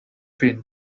been